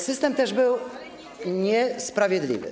System też był niesprawiedliwy.